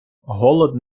голод